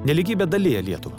nelygybė dalija lietuvą